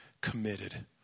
committed